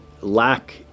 lack